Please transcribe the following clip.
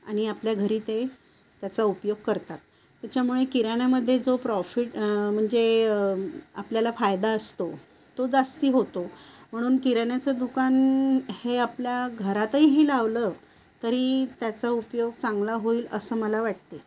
आणि आपल्या घरी ते त्याचा उपयोग करतात त्याच्यामुळे किराण्यामध्ये जो प्रॉफिट म्हणजे आपल्याला फायदा असतो तो जास्त होतो म्हणून किराण्याचं दुकान हे आपल्या घरातही लावलं तरी त्याचा उपयोग चांगला होईल असं मला वाटते